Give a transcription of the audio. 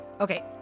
Okay